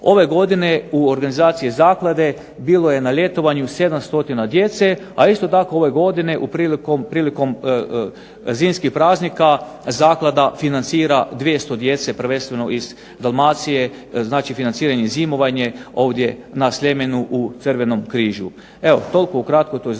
Ove godine u organizaciji zaklade bilo je na ljetovanju 700 djece, a isto tako ove godine prilikom zimskih praznika zaklada financira 200 djece prvenstveno iz Dalmacije, znači financirano je zimovanje ovdje na Sljemenu u Crvenom križu.